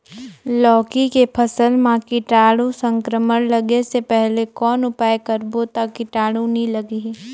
लौकी के फसल मां कीटाणु संक्रमण लगे से पहले कौन उपाय करबो ता कीटाणु नी लगही?